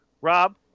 Rob